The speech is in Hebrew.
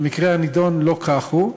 במקרה הנדון לא כך הוא,